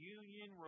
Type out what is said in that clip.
union